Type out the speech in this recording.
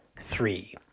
Three